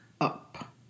up